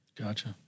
Gotcha